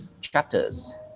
chapters